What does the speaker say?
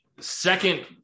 second